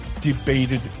debated